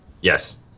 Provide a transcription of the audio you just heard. Yes